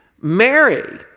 Mary